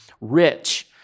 rich